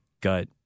gut